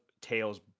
tails